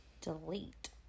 delete